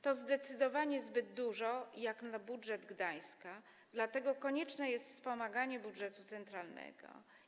To zdecydowanie zbyt dużo jak na budżet Gdańska, dlatego konieczne jest wspomaganie budżetu centralnego.